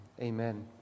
Amen